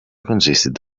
consisted